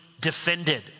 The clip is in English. defended